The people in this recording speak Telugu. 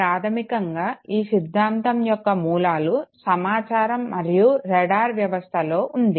ప్రాధమికంగా ఈ సిద్ధాంతం యొక్క మూలాలు సమాచారం మరియు రాడార్ వ్యవస్థలో ఉంది